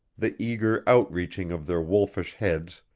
the eager out-reaching of their wolfish heads,